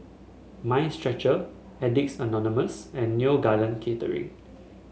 Mind Stretcher Addicts Anonymous and Neo Garden Catering